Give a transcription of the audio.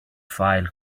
file